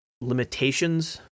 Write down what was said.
limitations